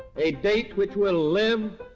a date which will live